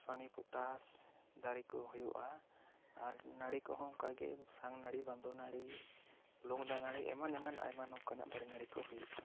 ᱠᱟᱥᱢᱟᱱᱤ potash ᱫᱟᱨᱮ ᱠᱚ ᱦᱩᱭᱩᱜᱼᱟ ᱟᱨ ᱱᱟᱹᱲᱤ ᱠᱚ ᱦᱚᱸ ᱚᱱᱠᱟ ᱜᱮ ᱥᱟᱝ ᱱᱟᱹᱲᱤ ᱵᱟᱸᱫᱚ ᱱᱟᱹᱲᱤ ᱞᱚᱝᱫᱟ ᱱᱟᱹᱲᱤ ᱮᱢᱟᱱ ᱮᱢᱟᱱ ᱟᱭᱢᱟ ᱱᱚᱝᱠᱟᱱᱟᱜ ᱫᱟᱨᱮ ᱱᱟᱹᱲᱤ ᱠᱚ ᱦᱩᱭᱩᱜᱼᱟ